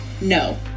no